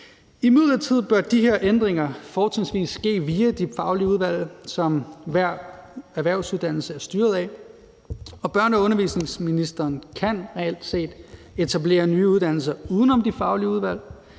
Imidlertid bør de her ændringer fortrinsvis ske via de faglige udvalg, som hver erhvervsuddannelse er styret af, og børne- og undervisningsministeren kan reelt set etablere nye uddannelser uden om de faglige udvalg.